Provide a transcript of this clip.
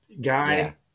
guy